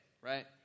Right